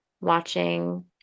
watching